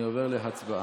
אני עובר להצבעה.